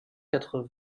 quatre